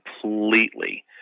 completely